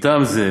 מטעם זה,